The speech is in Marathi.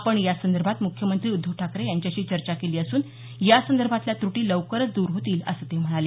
आपण यासंदर्भात मुख्यमंत्री उद्धव ठाकरे यांच्याशी चर्चा केली असून यासंदर्भातल्या त्रुटी लवकरच दूर होतील असं ते म्हणाले